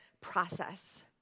process